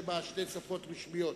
שבה שתי שפות רשמיות,